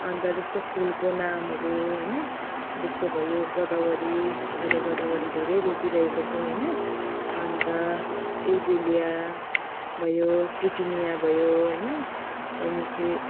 अन्त जस्तै फुलको नामहरू होइन जस्तै भयो गोदावरी अहिले गोदावरी धेरै रोपिरहेको छ होइन अन्त एजेलिया भयो पिटुनिया भयो होइन त्यहाँदेखि